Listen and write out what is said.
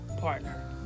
partner